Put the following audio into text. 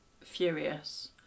furious